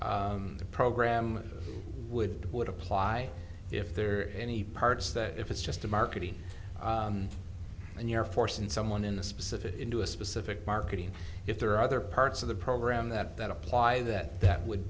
the program would would apply if there are any parts that if it's just a marketing and air force and someone in the specific into a specific marketing if there are other parts of the program that that apply that that would